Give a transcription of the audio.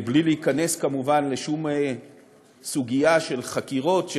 בלי להיכנס כמובן לשום סוגיה של חקירות,